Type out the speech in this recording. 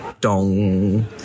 dong